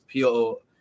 PO